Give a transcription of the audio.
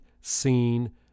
seen